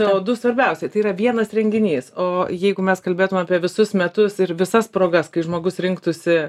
cė o du svarbiausiai tai yra vienas renginys o jeigu mes kalbėtumėme apie visus metus ir visas progas kai žmogus rinktųsi